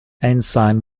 ensign